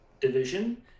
division